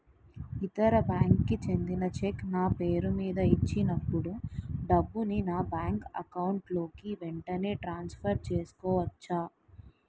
ఇతర బ్యాంక్ కి చెందిన చెక్ నా పేరుమీద ఇచ్చినప్పుడు డబ్బుని నా బ్యాంక్ అకౌంట్ లోక్ వెంటనే ట్రాన్సఫర్ చేసుకోవచ్చా?